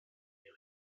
die